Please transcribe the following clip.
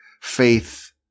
faith